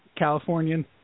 Californian